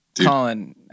Colin